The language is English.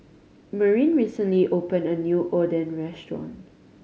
Marin recently opened a new Oden restaurant